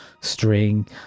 string